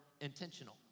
intentional